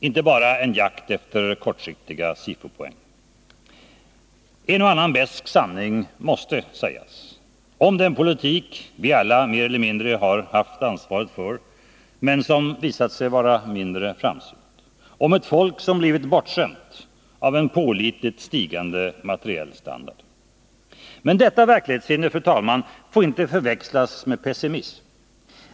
inte bara en jakt efter kortsiktiga SIFO-poäng. En och annan besk sanning måste sägas om den politik vi alla mer eller mindre har haft ansvaret för men som visat sig vara mindre framsynt, om ett folk som blivit bortskämt av en pålitligt stigande materiell standard. Men detta verklighetssinne, fru talman, får inte förväxlas med pessimism.